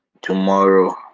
tomorrow